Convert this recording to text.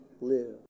live